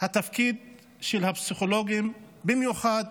התפקיד של הפסיכולוגים, במיוחד